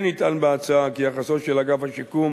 כן נטען בהצעה כי היחס של אגף השיקום